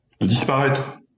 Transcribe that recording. disparaître